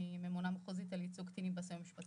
אני ממונה מחוזית על ייצוג קטינים בסיוע המשפטי במחוז החיפה.